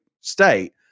state